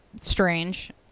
strange